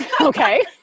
Okay